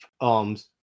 arms